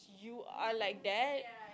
you are like that